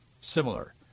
similar